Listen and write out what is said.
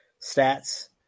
stats